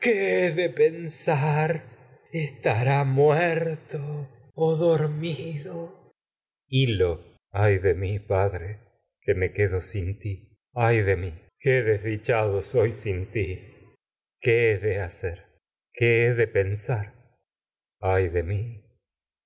he pensar estará muerto dormido hil lo ay de mí padre desdichado soy que me quedo sin ti ay he de mi qué sin ti qué de hacer qué he de pensar ay de mí